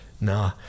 nah